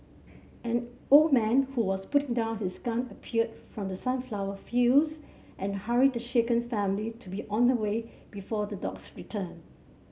an old man who was putting down his gun appeared from the sunflower fields and hurried the shaken family to be on the way before the dogs return